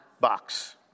box